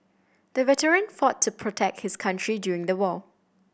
the veteran fought to protect his country during the war